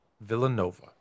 Villanova